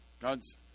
God's